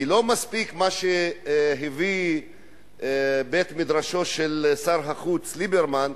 כי לא מספיק מה שהביא בית-מדרשו של שר החוץ ליברמן,